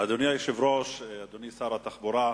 אדוני היושב-ראש, אדוני שר התחבורה,